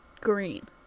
green